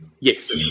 Yes